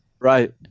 Right